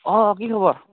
অঁ অঁ কি খবৰ